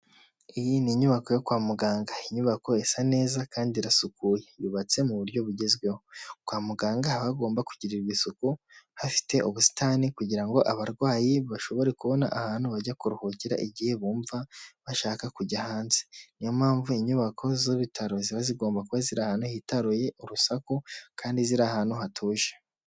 Iyi ni inyubako yo kwa muganga. Inyubako isa neza kandi irasukuye, yubatse mu buryo bugezweho. Kwa muganga haba hagomba kugirirwa isuku, hafite ubusitani kugirango abarwayi bashobore kubona ahantu bajya kuruhukira igihe bumva bashaka kujya hanze. Niyo mpamvu inyubako z'ibitaro ziba zigomba kuba ziri ahantu hitaruye urusaku kandi ziri ahantu hatuje.